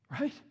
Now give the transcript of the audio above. Right